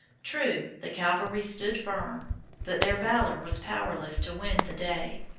true, the cavalry stood firm, but their valour was powerless to win the day.